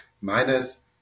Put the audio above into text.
minus